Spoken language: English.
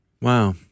Wow